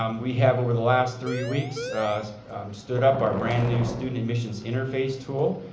um we have over the last three weeks stood up our brand new student admissions interface tool.